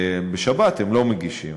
בשבת הם לא מגישים.